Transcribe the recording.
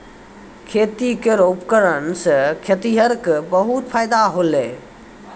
खेती केरो उपकरण सें खेतिहर क बहुत फायदा होलय